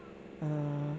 uh